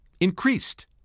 increased